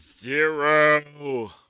Zero